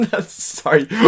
sorry